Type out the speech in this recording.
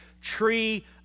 tree